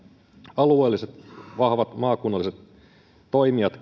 alueelliset vahvat maakunnalliset toimijat